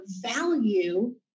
value